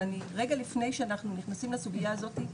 אבל רגע לפני שאנחנו נכנסים לסוגיה הזאת.